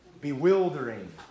Bewildering